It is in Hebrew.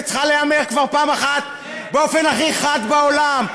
והיא צריכה להיאמר כבר פעם אחת באופן הכי חד בעולם.